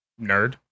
nerd